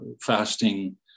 fasting